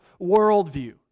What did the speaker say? worldview